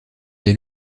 des